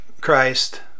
christ